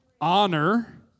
Honor